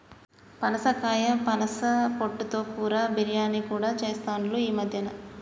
పనసకాయ పనస పొట్టు తో కూర, బిర్యానీ కూడా చెస్తాండ్లు ఈ మద్యన